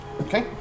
Okay